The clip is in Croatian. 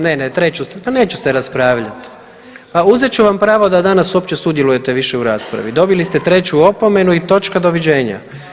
Ne, ne, treću pa neću se raspravljat, pa uzet ću vam pravo da danas uopće sudjelujete više u raspravi, dobili ste treću opomenu i točka, doviđenja.